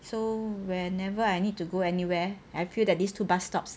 so whenever I need to go anywhere I feel that this two bus stops